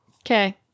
Okay